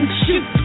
shoot